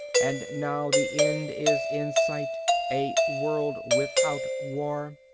and now the end is in sight a world without war.